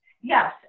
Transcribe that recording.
yes